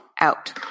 out